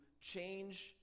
change